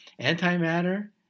antimatter